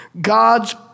God's